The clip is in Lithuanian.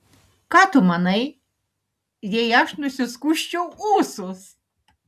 ką tu manai jei aš nusiskusčiau ūsus